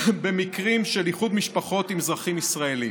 במקרים של איחוד משפחות עם אזרחים ישראלים.